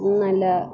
നല്ല